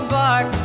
back